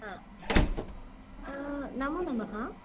नमो नमः